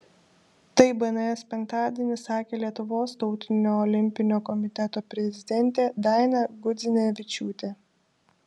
tai bns penktadienį sakė lietuvos tautinio olimpinio komiteto prezidentė daina gudzinevičiūtė